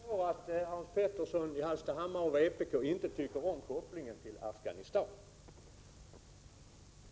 Herr talman! Jag förstår att Hans Petersson i Hallstahammar inte tycker om kopplingen till Afghanistan.